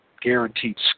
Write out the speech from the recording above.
guaranteed